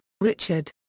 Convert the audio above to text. Richard